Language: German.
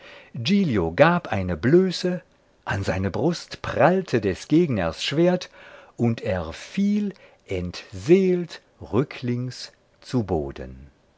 gab eine blöße an seine brust prallte des gegners schwert und er fiel entseelt rücklings zu boden